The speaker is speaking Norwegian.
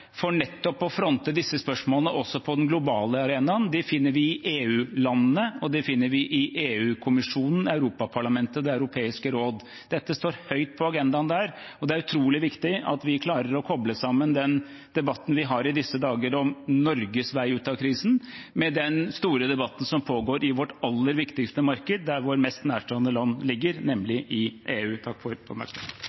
for nettopp å fronte disse spørsmålene også på den globale arenaen, finner vi i EU-landene og i EU-kommisjonen, Europaparlamentet og Det europeiske råd. Dette står høyt på agendaen der, og det er utrolig viktig at vi klarer å koble sammen den debatten vi har i disse dager om Norges vei ut av krisen, med den store debatten som pågår i vårt aller viktigste marked, der våre mest nærstående land ligger,